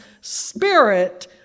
spirit